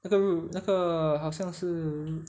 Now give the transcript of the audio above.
那个日那个好像是